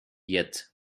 yet